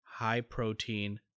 high-protein